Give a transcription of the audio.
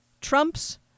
Trump's